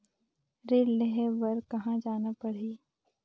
ऋण लेहे बार कहा जाना पड़ही?